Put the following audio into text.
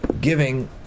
giving